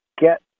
get